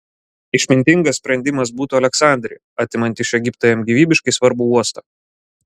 išmintingas sprendimas būtų aleksandrija atimant iš egipto jam gyvybiškai svarbų uostą